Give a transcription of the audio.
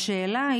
רצוני לשאול: